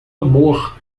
amor